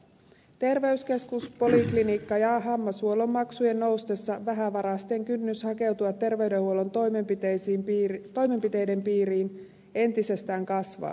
terveyskeskus poliklinikka ja hammashuoltomaksujen noustessa vähävaraisten kynnys hakeutua terveydenhuollon toimenpiteiden piiriin entisestään kasvaa